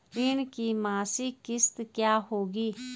ऋण की मासिक किश्त क्या होगी?